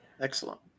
Excellent